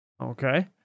okay